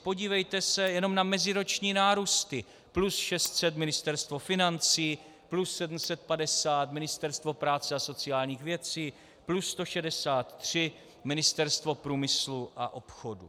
Podívejte se jenom na meziroční nárůsty plus 600 Ministerstvo financí, plus 750 Ministerstvo práce a sociálních věcí, plus 163 Ministerstvo průmyslu a obchodu.